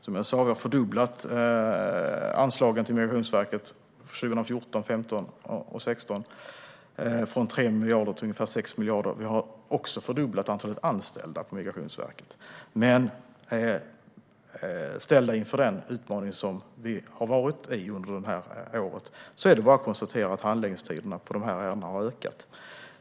Som jag sa har vi fördubblat anslagen till Migrationsverket för 2014, 2015 och 2016 från 3 miljarder till ungefär 6 miljarder. Antalet anställda på Migrationsverket har också fördubblats. Men ställd inför den utmaning som vi har haft är det bara att konstatera att handläggningstiderna för dessa ärenden har ökat.